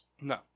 No